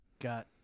got